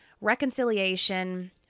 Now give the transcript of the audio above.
reconciliation